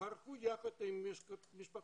ברחו יחד עם משפחותיהם,